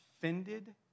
offended